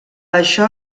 això